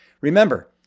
Remember